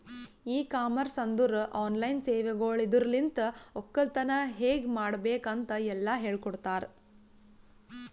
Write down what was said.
E commerce ಅಂದುರ್ online ಸೇವೆಗೊಳ್ ಇದುರಲಿಂತ್ ಒಕ್ಕಲತನ ಹೇಗ್ ಮಾಡ್ಬೇಕ್ ಅಂತ್ ಎಲ್ಲಾ ಹೇಳಕೊಡ್ತಾರ್